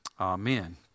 Amen